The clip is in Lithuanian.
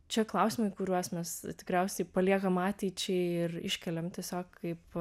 čia klausimai kuriuos mes tikriausiai paliekam ateičiai ir iškeliam tiesiog kaip